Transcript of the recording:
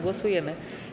Głosujemy.